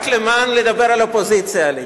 רק למען דבר על אופוזיציה עליתי.